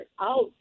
out